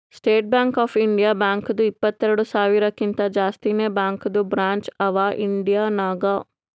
state Bank of India ಬ್ಯಾಂಕ್ದು ಇಪ್ಪತ್ತೆರೆಡ್ ಸಾವಿರಕಿಂತಾ ಜಾಸ್ತಿನೇ ಬ್ಯಾಂಕದು ಬ್ರ್ಯಾಂಚ್ ಅವಾ ಇಂಡಿಯಾ ನಾಗ್